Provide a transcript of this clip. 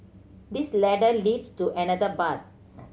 this ladder leads to another path